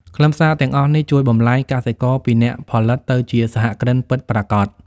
ខ្លឹមសារទាំងអស់នេះជួយបំប្លែងកសិករពីអ្នកផលិតទៅជាសហគ្រិនពិតប្រាកដ។